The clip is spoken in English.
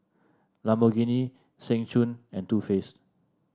Lamborghini Seng Choon and Too Faced